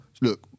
look